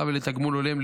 להערכה ולתגמול הולם.